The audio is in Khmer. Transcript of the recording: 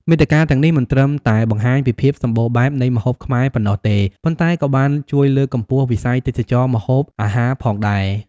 មាតិកាទាំងនេះមិនត្រឹមតែបង្ហាញពីភាពសម្បូរបែបនៃម្ហូបខ្មែរប៉ុណ្ណោះទេ ប៉ុន្តែក៏បានជួយលើកកម្ពស់វិស័យទេសចរណ៍ម្ហូបអាហារផងដែរ។